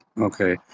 Okay